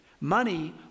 Money